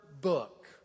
book